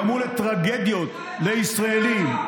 גרמו לטרגדיות לישראלים.